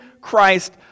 Christ